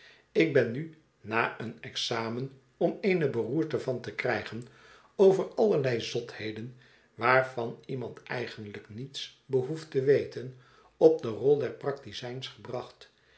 ik ben nu na een examen om eene beroerte van te krijgen over allerlei zotheden waarvan iemand eigenlijk niets behoeft te weten op de rol der praktizijns gebracht